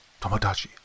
tomodachi